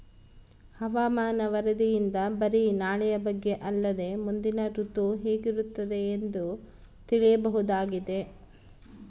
ಹವಾಮಾನ ವರದಿಯಿಂದ ಬರಿ ನಾಳೆಯ ಬಗ್ಗೆ ಅಲ್ಲದೆ ಮುಂದಿನ ಋತು ಹೇಗಿರುತ್ತದೆಯೆಂದು ತಿಳಿಯಬಹುದಾಗಿದೆ